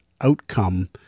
outcome